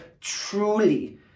truly